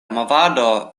movado